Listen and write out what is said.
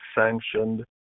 sanctioned